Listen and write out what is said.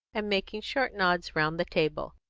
and making short nods round the table.